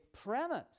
premise